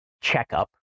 checkup